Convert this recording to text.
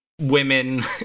women